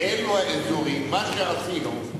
באזורים אלו מה שעשינו,